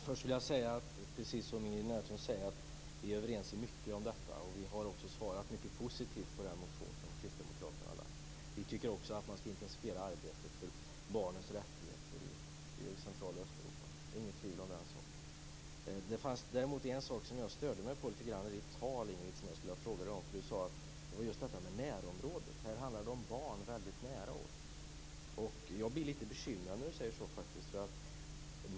Fru talman! Precis som Ingrid Näslund säger är vi överens om mycket i den här frågan. Utskottsmajoriteten har också svarat mycket positivt på kristdemokraternas motion. Också vi tycker att man skall intensifiera arbetet för barnens rättigheter i Central och Östeuropa. Det råder inget tvivel om den saken. Det fanns däremot en sak i Ingrids tal som jag stördes litet av och som jag skulle vilja fråga henne om. Hon talade om närområdet, att det handlar om barn väldigt nära oss. Jag blir litet bekymrad när hon säger så.